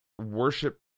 worship